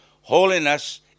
Holiness